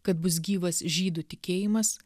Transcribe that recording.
kad bus gyvas žydų tikėjimas